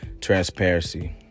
transparency